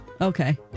Okay